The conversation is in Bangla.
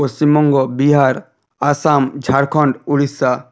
পশ্চিমবঙ্গ বিহার আসাম ঝাড়খন্ড উড়িষ্যা